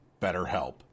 BetterHelp